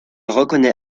reconnaît